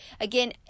again